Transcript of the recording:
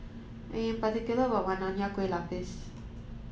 I am particular about one Nonya Kueh Lapis